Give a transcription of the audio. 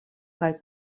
kaj